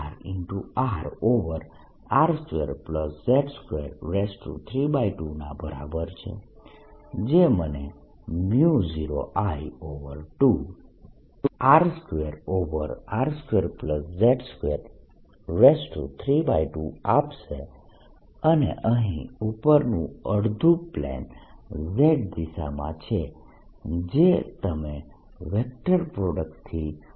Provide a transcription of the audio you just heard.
RR2z232 ના બરાબર છે જે મને 0I2R2R2z232 આપશે અને અહીં ઉપરનું અડધું પ્લેન z દિશામાં છે જે તમે વેક્ટર પ્રોડક્ટ થી સરળતાથી જોઈ શકો છો